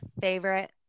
favorite